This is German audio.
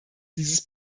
dieses